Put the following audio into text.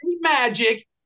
magic